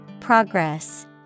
Progress